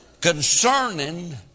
concerning